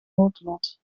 noodlot